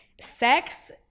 sex